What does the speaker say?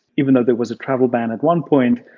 even though there was a travel ban at one point,